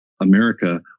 America